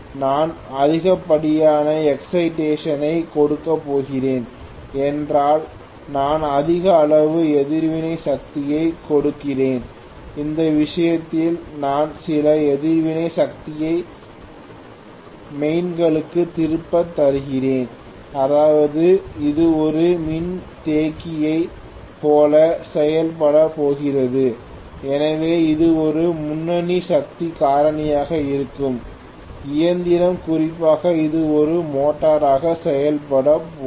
நான் அதிகப்படியான எக்சைடேஷன் ஐ கொடுக்கப் போகிறேன் என்றால் நான் அதிக அளவு எதிர்வினை சக்தியைக் கொடுக்கிறேன் அந்த விஷயத்தில் நாம் சில எதிர்வினை சக்தியை மெயின்களுக்குத் திருப்பித் தருகிறோம் அதாவது இது ஒரு மின்தேக்கியைப் போல செயல்படப் போகிறது எனவே இது ஒரு முன்னணி சக்தி காரணியாக இருக்கும் இயந்திரம் குறிப்பாக இது ஒரு மோட்டராக செயல்படும்போது